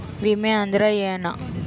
ವಿಮೆ ಅಂದ್ರೆ ಏನ?